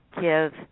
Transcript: give